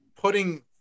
putting